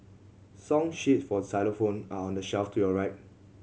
song sheet for xylophone are on the shelf to your right